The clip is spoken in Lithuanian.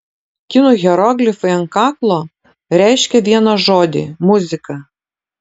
kinų hieroglifai ant kaklo reiškia vieną žodį muzika